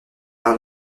par